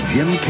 Jim